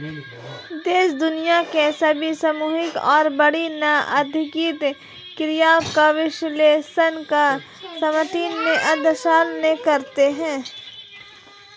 देश दुनिया की सभी सामूहिक और बड़ी आर्थिक क्रियाओं का विश्लेषण समष्टि अर्थशास्त्र में करते हैं